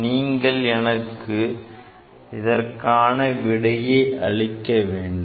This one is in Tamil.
நீங்கள் எனக்கு இதற்கான விடையை அளிக்க வேண்டும்